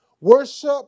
Worship